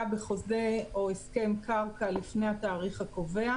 בחוזה או הסכם קרקע לפני התאריך הקובע.